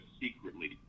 secretly